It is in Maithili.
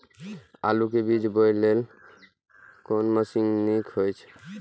आलु के बीज बोय लेल कोन मशीन नीक ईय?